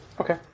Okay